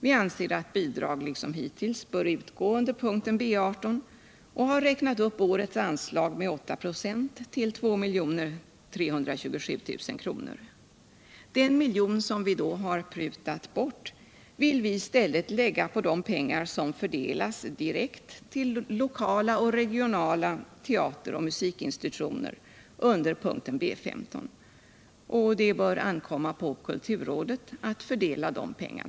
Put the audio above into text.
Vi anser att bidrag liksom hittills bör utgå under punkten B 18 och har räknat upp årets anslag med 8 ”a till 2 327 000 kr. Den miljon som vi då har prutat bort vill vi i - stället lägga till de pengar som fördelas direkt till lokala och regionala teateroch musikinstitutioner under punkten B 15. Det bör ankomma på kulturrådet alt fördela dessa pengar.